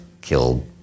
killed